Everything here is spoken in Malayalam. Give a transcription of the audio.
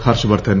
ഹർഷ്വർദ്ധൻ